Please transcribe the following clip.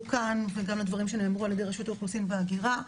כאן וגם לדברים שנאמרו ע"י רשות האוכלוסין וההגירה.